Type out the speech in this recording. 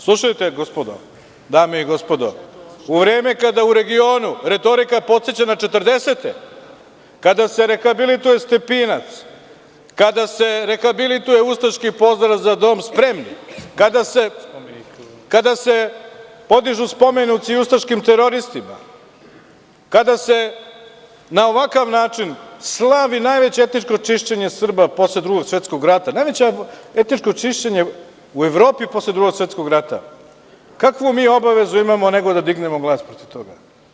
Slušajte, dame i gospodo, u vreme kadau regionu retorika podseća na 40-te, kada se rehabilituje Stepinac, kada se rehabilituje ustaški pozdrava „Za dom spremni“, kada se podižu spomenici ustaškim teroristima, kada se na ovakav način slavi najveće etničko čišćenje Srba posle Drugog svetskog rata, najveće etničko čišćenje u Evropi posle Drugog svetskog rata, kakvu mi obavezu imamo nego da dignemo glas protiv toga.